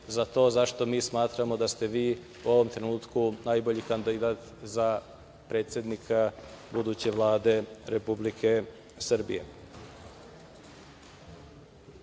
za zašto mi smatramo da ste vi u ovom trenutku najbolji kandidat za predsednika buduće Vlade Republike Srbije. Kada